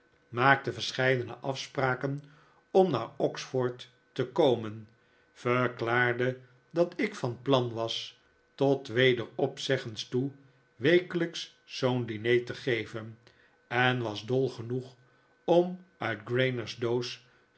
maakte verscheidene afspraken om naar oxford te komen verklaarde dat ik van plan was tot wederopzeggens toe wekelijks zoo'n diner te geven en was dol genoeg om uit